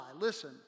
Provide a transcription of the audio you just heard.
Listen